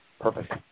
Perfect